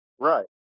Right